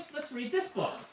let's read this book.